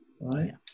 right